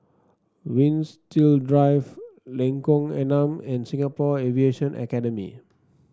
Winstedt Drive Lengkong Enam and Singapore Aviation Academy